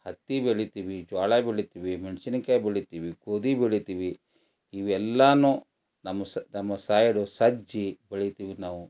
ಹತ್ತಿ ಬೆಳಿತೀವಿ ಜೋಳ ಬೆಳಿತೀವಿ ಮೆಣಸಿನ್ಕಾಯಿ ಬೆಳಿತೀವಿ ಗೋಧಿ ಬೆಳಿತೀವಿ ಇವೆಲ್ಲನೂ ನಮ್ಮ ಸ್ ನಮ್ಮ ಸೈಡು ಸಜ್ಜಿ ಬೆಳಿತೀವಿ ನಾವು